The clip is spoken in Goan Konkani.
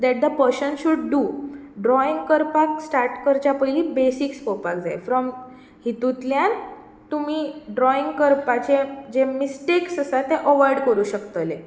थेट the person should do drawing करपाक स्टार्ट करच्या पयलीं बेसीक्स पळोवपाक जाय फ्रोम हितूंतल्यान तुमी ड्रोइंग करपाचें जे मिस्टेक्स आसां ते अवाॅयड करपाक शकतले